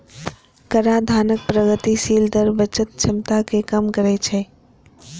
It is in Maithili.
कराधानक प्रगतिशील दर बचत क्षमता कें कम करै छै